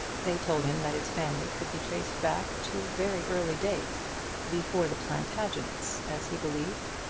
they told him that his family could be traced back to very early days before the plantagenets, as he believed,